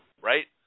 right